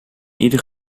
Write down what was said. ieder